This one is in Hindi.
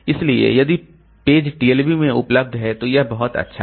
इसलिए यदि पेज TLB में उपलब्ध है तो यह बहुत अच्छा है